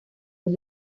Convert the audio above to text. los